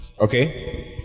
Okay